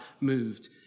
moved